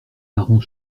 parents